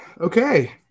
Okay